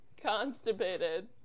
constipated